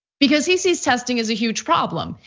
because he sees testing is a huge problem.